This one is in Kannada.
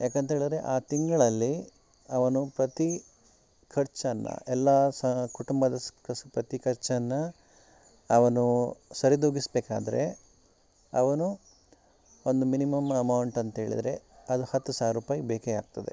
ಯಾಕಂಥೇಳಿದ್ರೆ ಆ ತಿಂಗಳಲ್ಲಿ ಅವನು ಪ್ರತಿ ಖರ್ಚನ್ನು ಎಲ್ಲ ಸಹ ಕುಟುಂಬದ ಪ್ರತಿ ಖರ್ಚನ್ನು ಅವನು ಸರಿದೂಗಿಸಬೇಕಾದ್ರೆ ಅವನು ಒಂದು ಮಿನಿಮಮ್ ಅಮೌಂಟ್ ಅಂಥೇಳಿದ್ರೆ ಅದು ಹತ್ತು ಸಾವಿರ ರೂಪಾಯಿ ಬೇಕೇ ಆಗ್ತದೆ